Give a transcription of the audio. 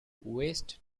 waste